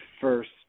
first